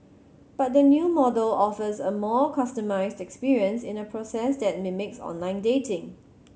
but the new model offers a more customised experience in a process that mimics online dating